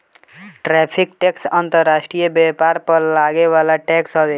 tariff tax अंतर्राष्ट्रीय व्यापार पर लागे वाला टैक्स हवे